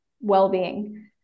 well-being